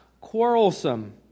quarrelsome